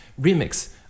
remix